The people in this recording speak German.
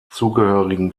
zugehörigen